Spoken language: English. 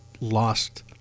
lost